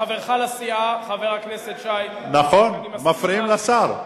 וחברך לסיעה, חבר הכנסת שי, נכון, מפריעים לשר.